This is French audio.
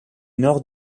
nord